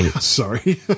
Sorry